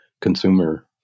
consumer